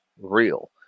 real